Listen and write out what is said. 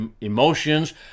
emotions